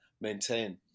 maintain